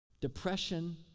depression